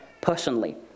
personally